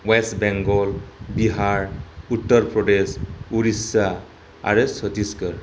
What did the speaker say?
west Bengal Bihar Uttar Pradesh Odisha आरो छतिसगर